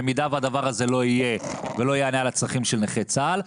במידה והדבר הזה לא יהיה ולא יענה על הצרכים של נכי צה"ל,